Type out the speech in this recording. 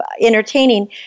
entertaining